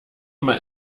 mal